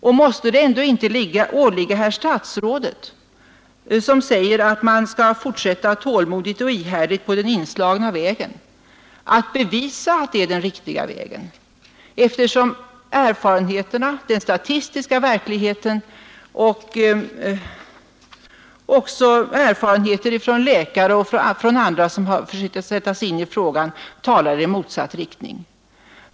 Och måste det ändå inte åligga herr statsrådet, som säger att man skall fortsätta tålmodigt och ihärdigt på den inslagna vägen, att bevisa att det är den riktiga vägen, eftersom den statistiska verkligheten och även erfarenheter hos läkare och andra som försökt sätta sig in i frågan talar i motsatt riktning?